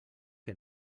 que